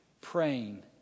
praying